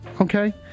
okay